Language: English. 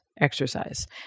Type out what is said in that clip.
exercise